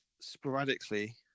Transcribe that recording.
sporadically